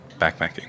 backpacking